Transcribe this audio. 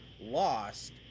lost